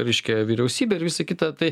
reiškia vyriausybę ir visa kita tai